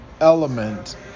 element